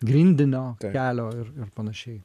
grindinio kelio ir ir panašiai